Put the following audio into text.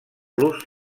los